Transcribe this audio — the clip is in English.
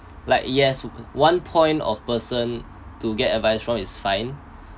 like yes one point of person to get advice from it's fine